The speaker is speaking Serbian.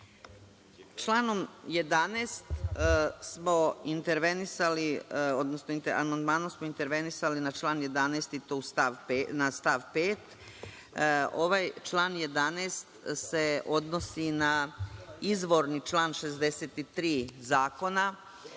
Amandmanom smo intervenisali na član 11. i to u stavu 5. Ovaj član 11. se odnosi na izvorni član 63. Zakona,